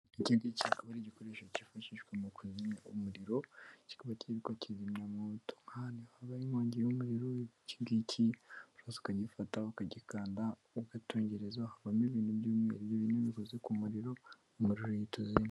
Iki ngiki akaba ari igikoresho cyifashishwa mu kuzimya umuriro kikaba cyitwa kizimyamoto. Iyo ahantu habaye habaye inkongi y'umuriro iki ngiki warangiza ukagifata ukagikanda ugatungerezaho havamo ibintu by'umweru birimo iyo bigeze ku muriro, umuriro uhita uzima.